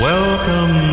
Welcome